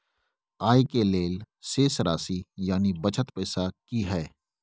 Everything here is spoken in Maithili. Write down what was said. आय के लेल शेष राशि यानि बचल पैसा की हय?